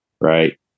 Right